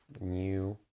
new